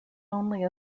only